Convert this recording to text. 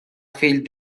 fill